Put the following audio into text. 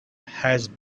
has